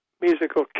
musical